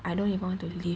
I don't even want to live